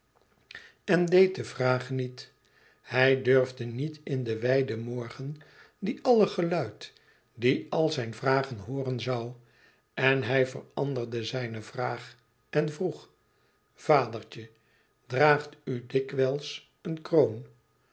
en deed de vraag niet e ids aargang hij durfde niet in den wijden morgen die alle geluid die al zijn vragen hooren zoû en hij veranderde zijn vraag en vroeg vadertje draagt u dikwijls een kroon